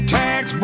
tax